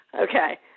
Okay